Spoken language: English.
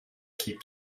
keep